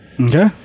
Okay